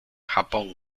japón